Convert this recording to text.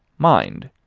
mind!